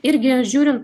irgi žiūrin